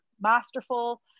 masterful